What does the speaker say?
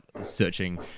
searching